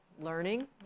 learning